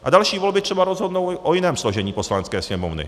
A další volby třeba rozhodnou o jiném složení Poslanecké sněmovny.